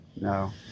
no